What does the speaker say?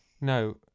no